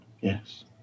Yes